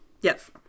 Yes